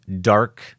dark